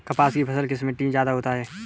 कपास की फसल किस मिट्टी में ज्यादा होता है?